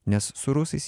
nes su rusais